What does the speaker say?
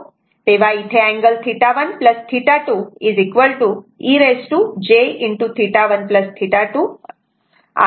तेव्हा इथे angle θ1 θ2 e jθ1 θ2 तर हे असे इथे लिहिलेले आहे